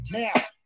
now